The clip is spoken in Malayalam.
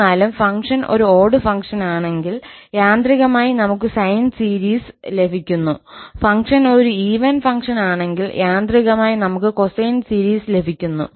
എന്നിരുന്നാലും ഫംഗ്ഷൻ ഒരു ഓട് ഫംഗ്ഷനാണെങ്കിൽ യാന്ത്രികമായി നമുക്ക് സൈൻ സീരീസ് ലഭിക്കുന്നു ഫംഗ്ഷൻ ഒരു ഈവൻ ഫംഗ്ഷൻ ആണെങ്കിൽ യാന്ത്രികമായി നമുക്ക് കൊസൈൻ സീരീസ് ലഭിക്കുന്നു